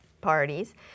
parties